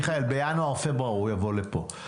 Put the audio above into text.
מיכאל, בינואר, פברואר הוא יבוא לפה.